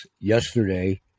yesterday